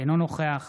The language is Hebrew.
אינו נוכח